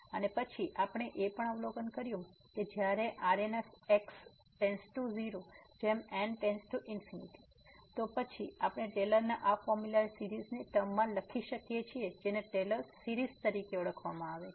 અને પછી આપણે એ પણ અવલોકન કર્યું છે કે જ્યારે Rn→0 જેમ n →∞ તો પછી આપણે ટેલરની આ ફોર્મ્યુલાને સીરીઝ ની ટર્મમાં લખી શકીએ છીએ જેને ટેલર સીરીઝ કહેવામાં આવે છે